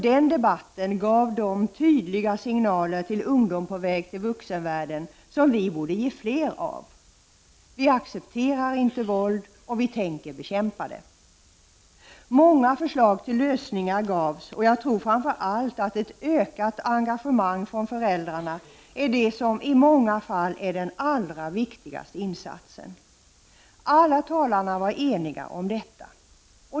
Den debatten gav de tydliga signaler till ungdom på väg in i vuxenvärlden som vi borde ge fler av, dvs.: Vi accepterar inte våld, och vi tänker bekämpa det. Många förslag till lösningar gavs, och jag tror att framför allt ett ökat engagemang från föräldrarna är det som i många fall är den allra viktigaste insatsen. Alla talare var eniga om detta.